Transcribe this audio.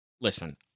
Listen